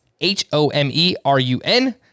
H-O-M-E-R-U-N